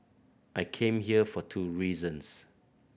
I came here for two reasons